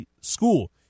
school